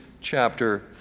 chapter